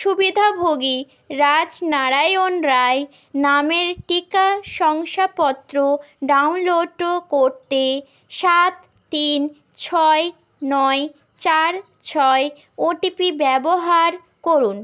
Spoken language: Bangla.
সুবিধাভোগী রাজনারায়ণ রায় নামের টিকা শংসাপত্র ডাউনলোডও করতে সাত তিন ছয় নয় চার ছয় ওটিপি ব্যবহার করুন